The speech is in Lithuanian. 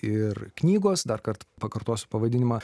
ir knygos dar kart pakartosiu pavadinimą